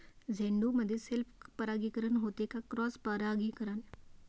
झेंडूमंदी सेल्फ परागीकरन होते का क्रॉस परागीकरन?